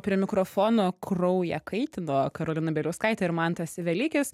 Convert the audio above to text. prie mikrofono kraują kaitino karolina bieliauskaitė ir mantas velykis